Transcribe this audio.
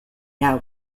thou